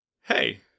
Hey